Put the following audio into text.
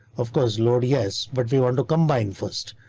of course, load yes, but we want to combine first.